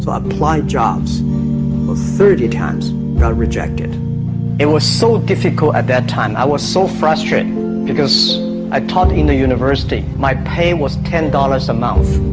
so apply jobs thirty times i'll reject it. it was so difficult at that time i was so frustrated because i taught in the university my pain was ten dollars a month